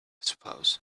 suppose